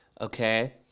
Okay